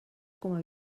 coma